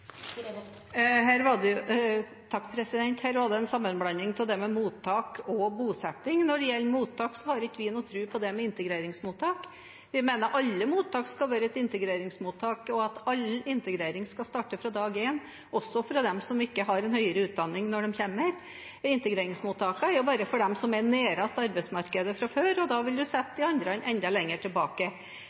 Her var det en sammenblanding av mottak og bosetting. Når det gjelder mottak, har ikke vi noen tro på integreringsmottak. Vi mener alle mottak skal være et integreringsmottak, og all integrering skal starte fra dag én, også for dem som ikke har høyere utdanning når de kommer hit. Integreringsmottakene er jo bare for dem som er nærmest arbeidsmarkedet fra før, og da vil man sette de andre enda lenger tilbake.